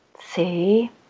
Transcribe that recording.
See